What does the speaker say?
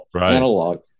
analog